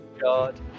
god